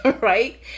right